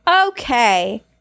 Okay